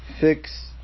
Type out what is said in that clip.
fix